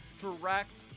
direct